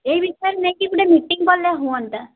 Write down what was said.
ଏଇ ବିଷୟରେ ନେଇକି ଗୋଟେ ମିଟିଙ୍ଗ କଲେ ହୁଅନ୍ତା